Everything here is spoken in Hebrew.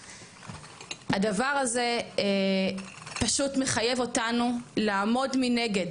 הדבר הזה פשוט מחייב אותנו לעמוד מנגד